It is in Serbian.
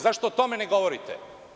Zašto o tome ne govorite?